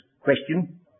question